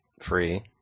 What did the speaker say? free